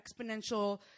exponential